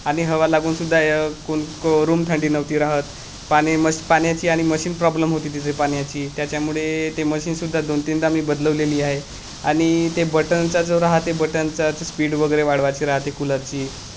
आणि हवा लागून सुद्धा य कोन को रूम थंडी नव्हती राहत पाणी मश पाण्याची आणि मशीन प्रॉब्लम होती तिथे पाण्याची त्याच्यामुळे ते मशीनसुद्धा दोन तीनदा मी बदलवलेली आहे आनि ते बटनचा जो रहाते बटनचा ते स्पीड वगैरे वाढवायची राहते कूलरची